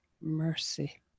mercy